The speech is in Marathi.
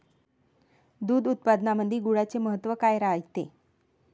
दूध उत्पादनामंदी गुळाचे महत्व काय रायते?